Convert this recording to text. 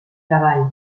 treball